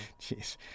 Jeez